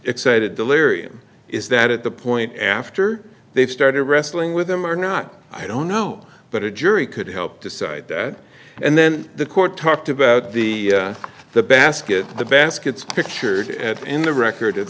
excited is that at the point after they've started wrestling with them or not i don't know but a jury could help decide that and then the court talked about the the basket the baskets pictured in the record